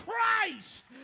Christ